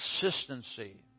consistency